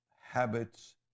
Habits